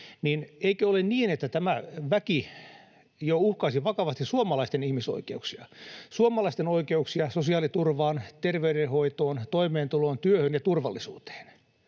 eikö ole niin, että tämä väki jo uhkaisi vakavasti suomalaisten ihmisoikeuksia — suomalaisten oikeuksia sosiaaliturvaan, terveydenhoitoon, toimeentuloon, työhön ja turvallisuuteen?